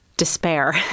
despair